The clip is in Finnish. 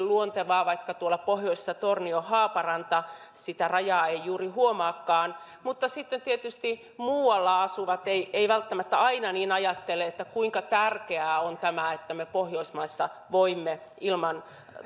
luontevaa vaikka tuolla pohjoisessa tornio haaparanta sitä rajaa ei juuri huomaakaan mutta sitten tietysti muualla asuvat eivät välttämättä aina ajattele kuinka tärkeää on tämä että me pohjoismaissa voimme